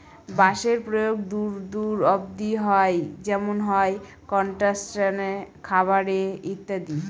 বাঁশের প্রয়োগ দূর দূর অব্দি হয় যেমন হয় কনস্ট্রাকশনে, খাবারে ইত্যাদি